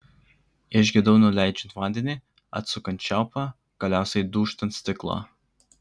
išgirdau nuleidžiant vandenį atsukant čiaupą galiausiai dūžtant stiklą